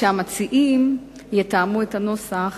שהמציעים יתאמו את הנוסח